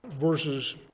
versus